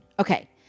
Okay